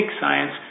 science